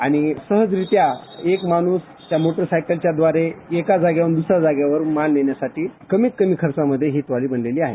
आणि सहजरित्या एक माणूस त्या मोटरसायकलच्या द्वारे एका जागेवरून द्रसऱ्या जागेवर माल नेण्यासाठी कमीत कमी खर्चामधे ही ट्रॉली बनलेली आहे